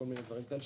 כל מיני דברים כאלה,